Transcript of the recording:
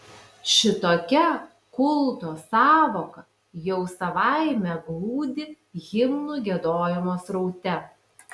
šitokia kulto sąvoka jau savaime glūdi himnų giedojimo sraute